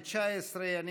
אנחנו